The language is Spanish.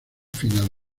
final